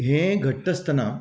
हें घडटा आसतना